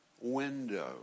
window